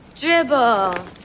dribble